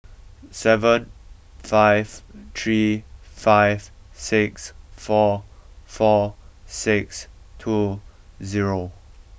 seven five three five six four four six two zero